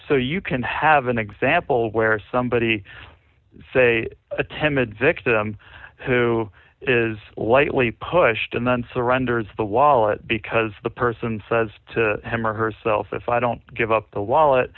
so you can have an example where somebody say attempted victim who is lightly pushed and then surrenders the wallet because the person says to him or herself if i don't give up the wallet